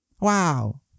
wow